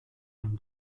dem